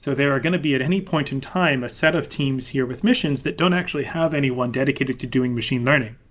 so there are going to be, at any point in time, a set of teams here with missions that don't actually have any one dedicated to doing machine learning.